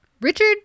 Richard